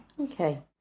Okay